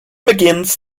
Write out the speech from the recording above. begins